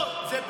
לא, זאת פגרה.